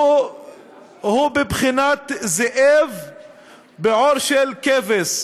הוא בבחינת זאב בעור של כבש.